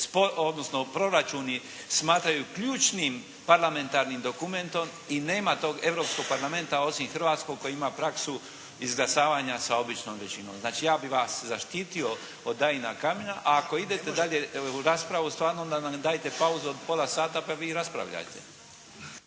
odnosno proračuni smatraju ključnim parlamentarnim dokumentom i nema tog Europskog Parlamenta osim Hrvatskog koji ima praksu izglasavanja sa običnom većinom. Znači, ja bi vas zaštitio od Damira Kajina, a ako idete dalje u raspravu stvarno onda nam dajte pauzu od pola sata pa vi raspravljajte.